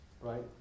right